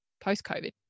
post-COVID